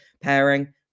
pairing